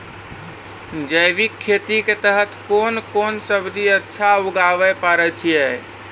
जैविक खेती के तहत कोंन कोंन सब्जी अच्छा उगावय पारे छिय?